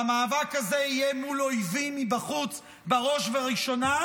והמאבק הזה יהיה מול אויבים מבחוץ בראש ובראשונה,